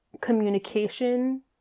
communication